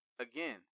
Again